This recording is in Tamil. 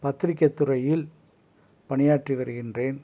பத்திரிகைத்துறையில் பணியாற்றி வருகின்றேன்